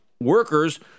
workers